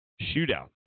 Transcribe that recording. shootout